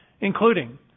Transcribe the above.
including